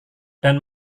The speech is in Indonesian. dan